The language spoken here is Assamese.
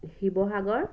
শিৱসাগৰ